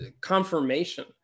confirmation